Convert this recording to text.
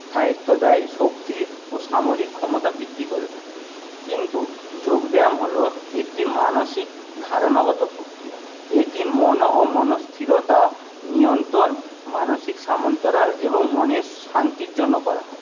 স্থায়িত্ব দেয় শক্তি ও সামরিক ক্ষমতা বৃদ্ধি করে থাকে কিন্তু যোগ ব্যায়াম হলো একটি মানসিক ধারণাগত প্রক্রিয়া এটি মন ও মনস্থিরতা নিয়ন্তণ মানসিক সামন্তরাল এবং মনের শান্তির জন্য করা হয়